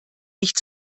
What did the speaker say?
nicht